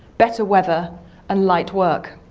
better weather and light work.